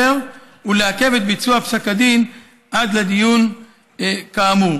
ולעכב את ביצוע פסק הדין עד לדיון כאמור.